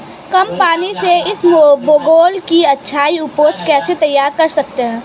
कम पानी से इसबगोल की अच्छी ऊपज कैसे तैयार कर सकते हैं?